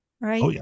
right